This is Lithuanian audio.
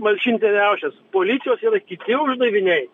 malšinti riaušes policijos yra kiti uždaviniai